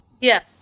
Yes